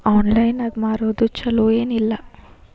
Online ನಾಗ್ ಮಾರೋದು ಛಲೋ ಏನ್ ಇಲ್ಲ?